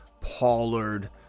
Pollard